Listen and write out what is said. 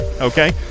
Okay